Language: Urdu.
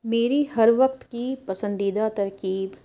میری ہر وقت کی پسندیدہ ترکیب